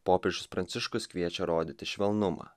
popiežius pranciškus kviečia rodyti švelnumą